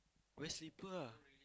wear slipper lah